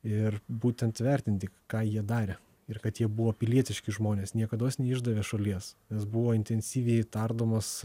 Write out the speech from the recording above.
ir būtent įvertinti ką jie darė ir kad jie buvo pilietiški žmonės niekados neišdavė šalies nes buvo intensyviai tardomas